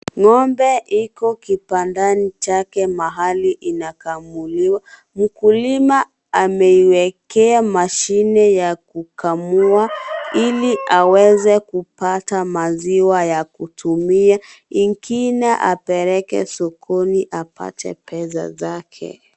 Ng'ombe iko kibandani chake mahali inakamuliwa , mkulima ameiwekea mashine ya kukamua ili aweze kupata maziwa ya kutumia ingine apeleke sokoni apate pesa zake.